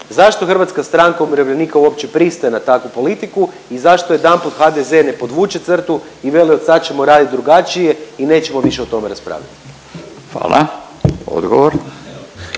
Zašto Hrvatska stranka umirovljenika uopće pristaje na takvu politiku i zašto jedanput HDZ ne podvuče crtu i veli odsad ćemo radit drugačije i nećemo više o tome raspravljat? **Radin,